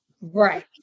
Right